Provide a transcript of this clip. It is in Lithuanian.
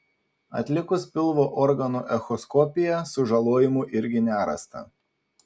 atlikus pilvo organų echoskopiją sužalojimų irgi nerasta